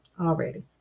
already